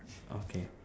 okay